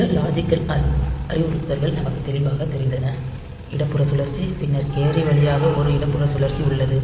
பிற லாஜிக்கல் அறிவுறுத்தல்கள் நமக்குத் தெளிவாகத் தெரிந்தன இடதுபுற சுழற்சி பின்னர் கேரி வழியாக ஒரு இடதுபுற சுழற்சி உள்ளது